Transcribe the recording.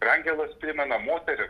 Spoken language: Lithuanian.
ir angelas primena moterim